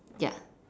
ya